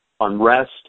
unrest